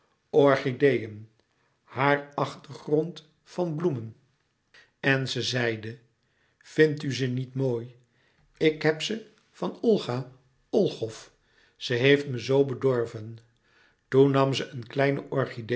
orchideeën haar achtergrond van bloemen en ze zeide vindt u ze niet mooi ik heb ze van olga ologhow ze heeft me zoo bedorven toen nam ze een kleine orchidee